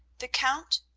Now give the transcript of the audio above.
the count,